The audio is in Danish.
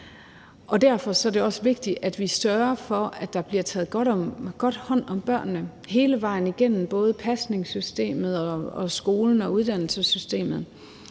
Derfor er det også vigtigt, at vi sørger for, at der bliver taget godt hånd om børnene hele vejen igennem, og det gælder både i forhold til pasningssystemet, skolen og uddannelsessystemet.